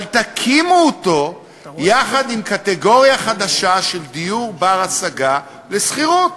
אבל תקימו אותו יחד עם קטגוריה חדשה של דיור בר-השגה לשכירות.